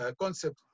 concept